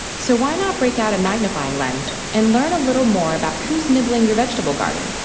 so why not break out a magnifying lens and learn a little more about who's nibbling your vegetable garden,